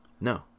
No